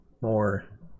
more